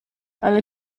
ale